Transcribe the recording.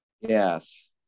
Yes